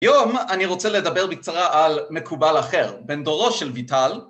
היום אני רוצה לדבר בקצרה על מקובל אחר, בן דורו של ויטל.